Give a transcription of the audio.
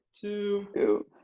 two